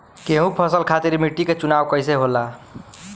गेंहू फसल खातिर मिट्टी के चुनाव कईसे होला?